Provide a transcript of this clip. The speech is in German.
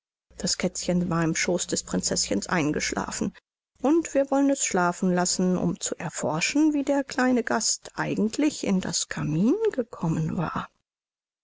das kätzchen war im schooß des prinzeßchens eingeschlafen und wir wollen es schlafen lassen um zu erforschen wie der kleine gast eigentlich in das kamin gekommen war